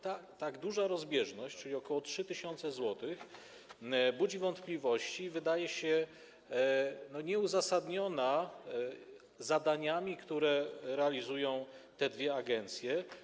Tak duża rozbieżność, czyli ok. 3 tys. zł, budzi wątpliwości i wydaje się nieuzasadniona zadaniami, które realizują te dwie agencje.